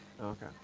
okay